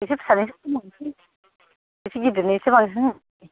एसे फिसानो एसे खम होनोसै एसे गिदिरनो एसे बांसिन होनोसै